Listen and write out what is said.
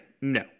No